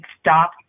stop